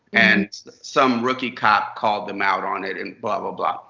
and some rookie cop called them out on it and blah-blah-blah.